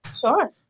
Sure